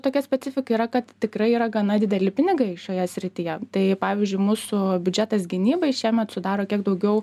tokia specifika yra kad tikrai yra gana dideli pinigai šioje srityje tai pavyzdžiui mūsų biudžetas gynybai šiemet sudaro kiek daugiau